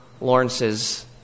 Lawrence's